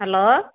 hello